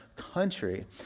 country